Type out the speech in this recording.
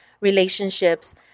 relationships